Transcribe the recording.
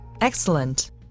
Excellent